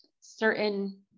certain